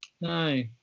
No